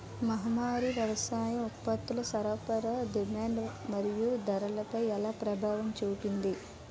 మహమ్మారి వ్యవసాయ ఉత్పత్తుల సరఫరా డిమాండ్ మరియు ధరలపై ఎలా ప్రభావం చూపింది?